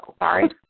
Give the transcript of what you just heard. Sorry